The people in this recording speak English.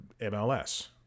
MLS